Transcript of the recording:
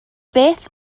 beth